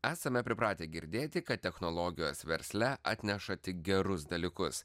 esame pripratę girdėti kad technologijos versle atneša tik gerus dalykus